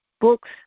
books